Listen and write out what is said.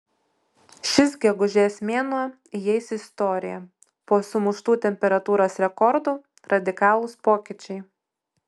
šis gegužės mėnuo įeis į istoriją po sumuštų temperatūros rekordų radikalūs pokyčiai